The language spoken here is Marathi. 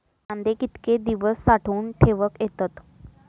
कांदे कितके दिवस साठऊन ठेवक येतत?